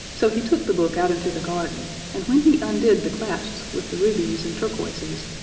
so he took the book out into the garden, and when he undid the clasps with the rubies and turquoises,